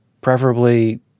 preferably